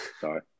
Sorry